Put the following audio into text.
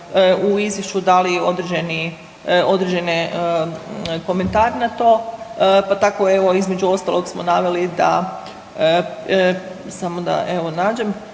dali određeni, određene komentare na to, pa tako evo između ostalog smo naveli da, samo da nađem,